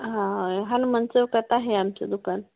हा हनुमान चौकात आहे आमचं दुकान